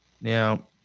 Now